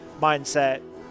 mindset